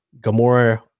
Gamora